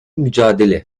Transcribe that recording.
mücadele